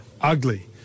ugly